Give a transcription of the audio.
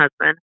husband